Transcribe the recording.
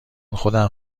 خودم